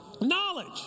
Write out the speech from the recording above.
Knowledge